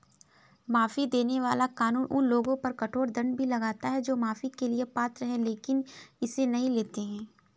माफी देने वाला कानून उन लोगों पर कठोर दंड भी लगाता है जो माफी के लिए पात्र हैं लेकिन इसे नहीं लेते हैं